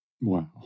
wow